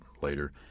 later